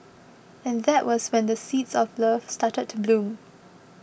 and that was when the seeds of love started to bloom